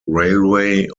railway